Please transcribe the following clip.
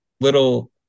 little